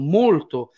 molto